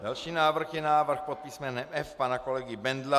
Další návrh je návrh pod písmenem F pana kolegy Bendla.